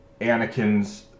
Anakin's